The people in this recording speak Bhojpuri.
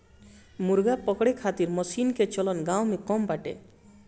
मुर्गा पकड़े खातिर मशीन कअ चलन गांव में कम बाटे